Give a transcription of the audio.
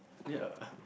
oh ya